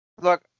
Look